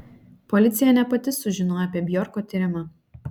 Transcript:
policija ne pati sužinojo apie bjorko tyrimą